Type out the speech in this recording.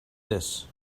this